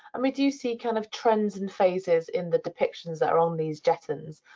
and we do you see kind of trends and phases in the depictions that are on these jetton.